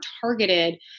targeted